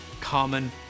common